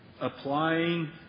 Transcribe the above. applying